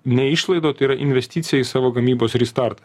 ne išlaida o tai yra investicija į savo gamybos ir į startą